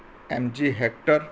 MG hector